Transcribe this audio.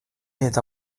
eta